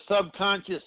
subconscious